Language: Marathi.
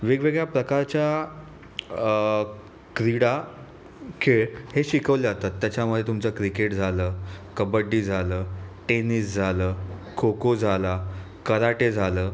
वेगवेगळ्या प्रकारच्या क्रीडा खेळ हे शिकवले जातात त्याच्यामध्ये तुमचं क्रिकेट झालं कबड्डी झालं टेनिस झालं खोखो झाला कराटे झालं